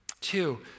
Two